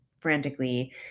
frantically